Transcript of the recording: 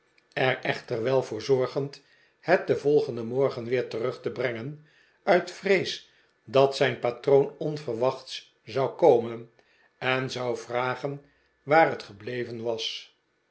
echter wel voor zorgend het den volgenden morgen weer terug te brengen uit vrees dat zijn patroon onverwachts zou komen en zou vragen waar het gebleven was